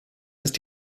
ist